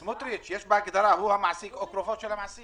במקום "1875 שקלים חדשים" יבוא "2875 שקלים חדשים".